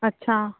ਅੱਛਾ